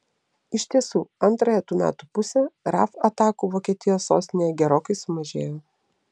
iš tiesų antrąją tų metų pusę raf atakų vokietijos sostinėje gerokai sumažėjo